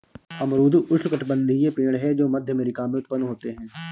अमरूद उष्णकटिबंधीय पेड़ है जो मध्य अमेरिका में उत्पन्न होते है